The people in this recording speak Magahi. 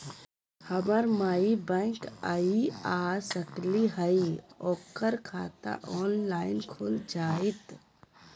हमर माई बैंक नई आ सकली हई, ओकर खाता ऑनलाइन खुल जयतई?